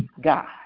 God